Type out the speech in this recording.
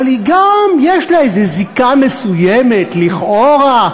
אבל יש לה גם זיקה מסוימת, לכאורה,